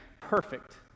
perfect